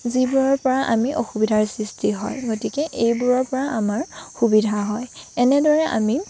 যিবোৰৰ পৰা আমি অসুবিধাৰ সৃষ্টি হয় গতিকে এইবোৰৰ পৰা আমাৰ সুবিধা হয় এনেদৰে আমি